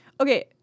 Okay